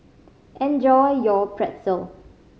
enjoy your Pretzel